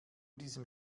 diesem